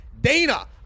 dana